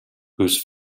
whose